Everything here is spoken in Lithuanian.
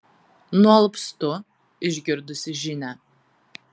nualpstu išgirdusi žinią